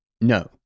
No